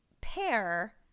pair